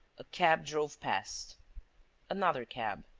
a cab drove past another cab.